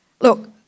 Look